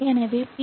எனவே பி